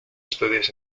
estudios